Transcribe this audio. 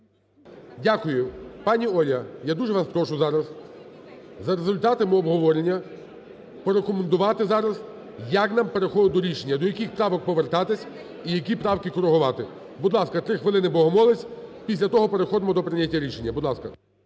Дякую. Пані Олю, я дуже вас прошу зараз за результатами обговорення порекомендувати зараз, як нам переходити до рішення, до яких правок повертатись і які правки корегувати. Будь ласка, три хвилини, Богомолець. Після того переходимо до прийняття рішення. Будь ласка.